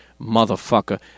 motherfucker